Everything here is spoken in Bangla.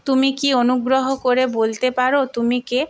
তুমি কি অনুগ্রহ করে বলতে পারো তুমি কে